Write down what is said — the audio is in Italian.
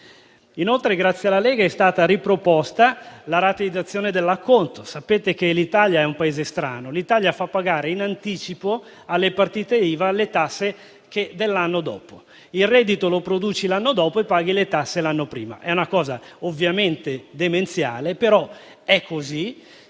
Inoltre, grazie alla Lega, è stata riproposta la rateizzazione dell'acconto. Sapete che l'Italia è un Paese strano. L'Italia fa pagare in anticipo alle partite IVA le tasse dell'anno dopo: il reddito lo produci l'anno dopo, ma paghi le tasse l'anno prima. È una cosa ovviamente demenziale, ma è così.